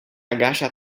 agacha